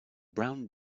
brown